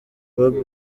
bobi